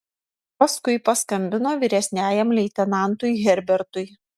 paskui paskambino vyresniajam leitenantui herbertui